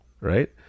right